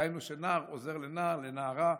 דהיינו שנער עוזר לנער, לנערה.